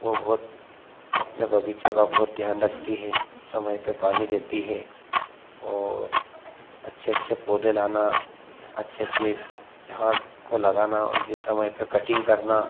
वो बहुत अपने बगीचा का बहुत ध्यान रखती है समय पे पानी देती है और अच्छे अच्छे पौधे लाना अच्छे अच्छे झाड़ को लगाना उनकी समय पे कटिंग करना